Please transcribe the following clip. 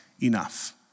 enough